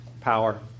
power